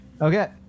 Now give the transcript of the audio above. Okay